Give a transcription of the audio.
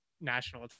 national